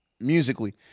Musically